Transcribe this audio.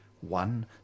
One